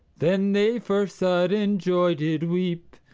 then they for sudden joy did weep,